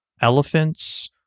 elephants